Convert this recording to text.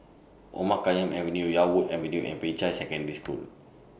Omar Khayyam Avenue Yarwood Avenue and Peicai Secondary School